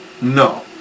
No